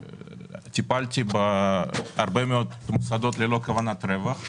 טיפלתי בהרבה מאוד מוסדות ללא כוונת רווח,